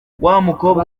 wamukobwa